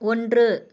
ஒன்று